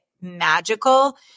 magical